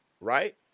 Right